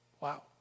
Wow